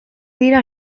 dira